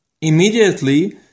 Immediately